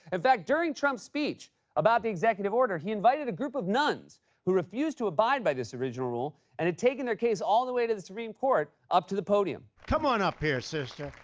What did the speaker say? in fact, during trump's speech about the executive order, he invited a group of nuns who refused to abide by this original rule and had taken their case all the way to the supreme court up to the podium. come on up here, sister.